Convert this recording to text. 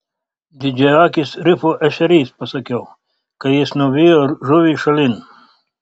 didžiaakis rifų ešerys pasakiau kai jis nuvijo žuvį šalin